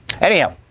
Anyhow